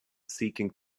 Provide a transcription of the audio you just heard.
seeking